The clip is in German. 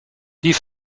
die